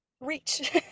reach